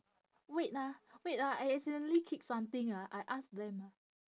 wait ah wait ah I accidentally kick something ah I ask them ah